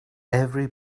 every